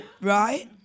right